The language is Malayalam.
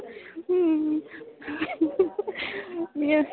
മ്മ് യ്യോ